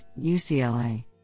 UCLA